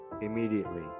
immediately